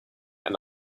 and